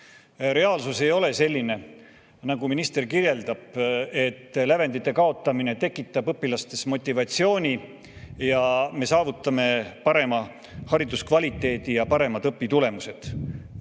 Reaalsus ei ole selline, nagu minister kirjeldab, et lävendite kaotamine tekitab õpilastes motivatsiooni ja me saavutame parema hariduskvaliteedi ja paremad õpitulemused.